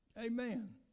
Amen